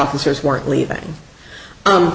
officers weren't leaving